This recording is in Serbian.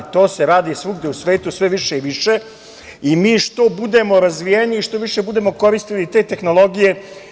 To se radi svugde u svetu, sve više i više, i mi što budemo razvijeniji, što više budemo koristili te tehnologije…